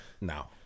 now